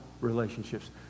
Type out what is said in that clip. relationships